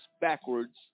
backwards